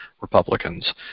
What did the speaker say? Republicans